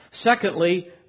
Secondly